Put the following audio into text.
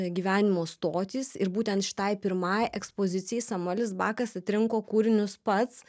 gyvenimo stotys ir būtent šitai pirmai ekspozicijai samuelis bakas atrinko kūrinius pats